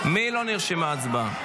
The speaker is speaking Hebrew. ועדת הכנסת נתקבלה.